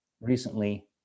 recently